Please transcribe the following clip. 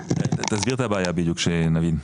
תסביר את הבעיה בדיוק שנבין.